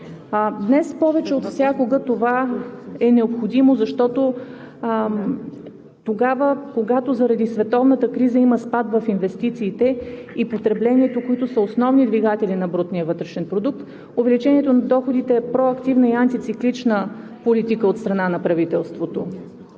Днес повече от всякога това е необходимо, защото тогава, когато заради световната криза има спад в инвестициите и потреблението, които са основни двигатели на брутния вътрешен продукт, увеличението на доходите е проактивна и антициклична политика от страна на правителството,